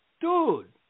Dude